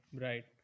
right